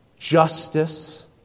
Justice